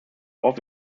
off